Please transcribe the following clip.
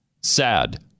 Sad